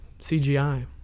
CGI